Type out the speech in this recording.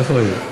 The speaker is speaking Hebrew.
איפה היא?